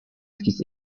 his